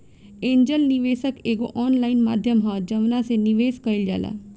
angel निवेशक एगो online माध्यम ह जवना से निवेश कईल जाला